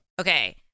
Okay